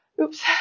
oops